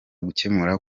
gukemura